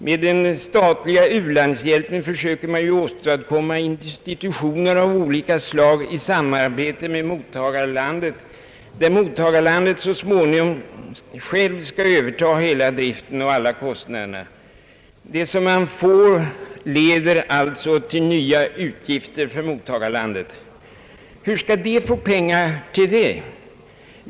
Med den statliga u-landshjälpen försöker man ju åstadkomma institutioner av olika slag i samarbete med mottagarlandet, där det senare så småningom självt skall överta hela driften och alla kostnaderna. Det man får leder alltså till nya utgifter för mottagarlandet. Hur skall det få pengar till det?